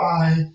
Bye